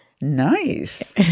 Nice